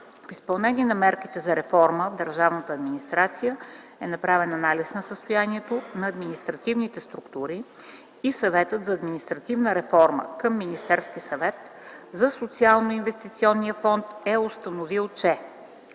В изпълнение на мерките за реформа в държавната администрация е направен анализ на състоянието на административните структури и Съветът за административна реформа към Министерския съвет за Социалноинвестиционния фонд е установил, че: